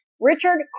Richard